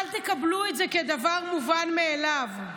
אל תקבלו את זה כדבר מובן מאליו.